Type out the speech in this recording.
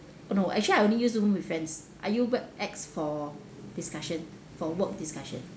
no actually I only use zoom with friends I use webex for discussion for work discussion